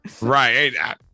Right